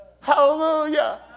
Hallelujah